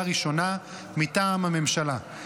מטעם הממשלה, לקריאה ראשונה.